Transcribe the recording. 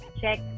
check